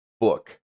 book